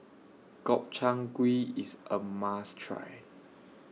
Gobchang Gui IS A must Try